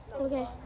Okay